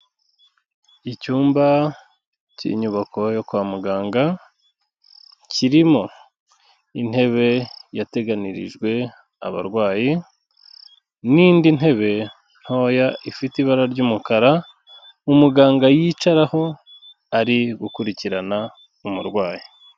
Icyumba cy'inyubako yo kwa muganga, kirimo intebe yateganirijwe abarwayi n'indi ntebe ntoya ifite ibara ry'umukara, umuganga yicaraho ari gukurikirana umurwayi.